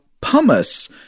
pumice